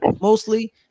mostly